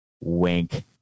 Wink